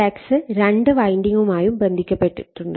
flux രണ്ട് വൈൻഡിങ്ങുമായും ബന്ധിപ്പിക്കപ്പെട്ടിട്ടുണ്ട്